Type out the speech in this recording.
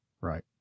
Right